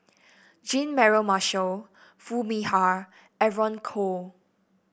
Jean Mary Marshall Foo Mee Har and Evon Kow